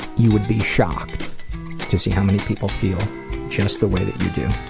you would be shocked to see how many people feel just the way that you do.